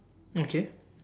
okay